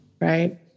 Right